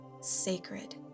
sacred